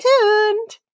tuned